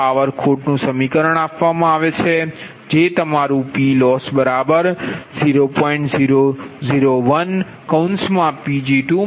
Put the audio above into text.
power ખોટ નુ સમીકરણ આપવામાં આવે છે જે તમારું PLoss 0